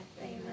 Amen